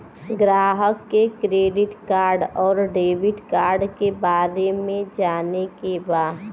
ग्राहक के credit card और डेविड कार्ड के बारे में जाने के बा?